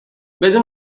بدون